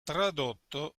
tradotto